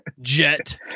Jet